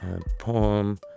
poem